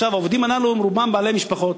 עכשיו, העובדים הללו הם רובם בעלי משפחות,